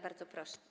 Bardzo proszę.